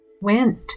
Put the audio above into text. went